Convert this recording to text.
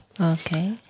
Okay